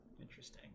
interesting